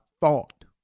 thought